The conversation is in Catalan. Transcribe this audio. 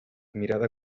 mirada